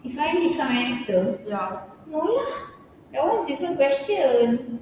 if I become an actor no lah that [one] is different question